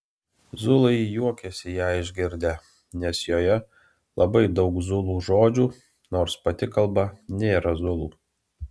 zulai juokėsi ją išgirdę nes joje labai daug zulų žodžių nors pati kalba nėra zulų